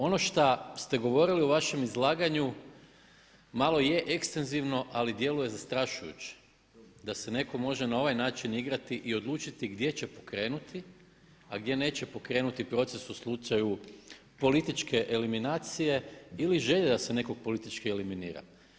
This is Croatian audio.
Ono šta ste govorili u vašem izlaganju malo je ekstenzivno ali djeluje zastrašujuće da se netko može na ovaj način igrati i odlučiti gdje će pokrenuti a gdje neće pokrenuti proces u slučaju političke eliminacije ili želje da se nekog politički eliminira.